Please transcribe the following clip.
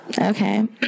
Okay